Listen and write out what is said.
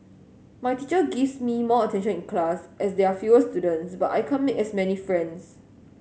my teacher gives me more attention in class as there are fewer students but I can't make as many friends